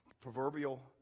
proverbial